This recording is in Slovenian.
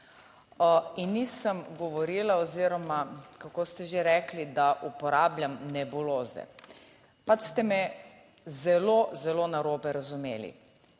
In nisem govorila oziroma kako ste že rekli, da uporabljam nebuloze, pač ste me zelo, zelo narobe razumeli.